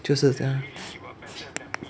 就是这样